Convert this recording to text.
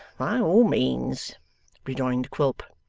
by all means rejoined quilp.